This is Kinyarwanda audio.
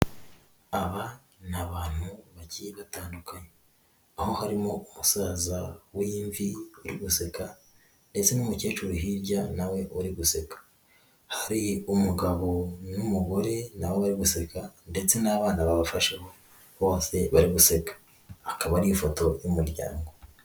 Aba ni abantu bagiye batandukanye aho harimo umusaza w'imvi uri guseka, ndetse n'umukecuru hirya nawe uri guseka. Hari umugabo n'umugore nabo bari guseka ndetse n'abana babafasheho bose bari guseka, akaba ari ifoto y'umuryango.